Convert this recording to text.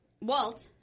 Walt